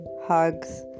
hugs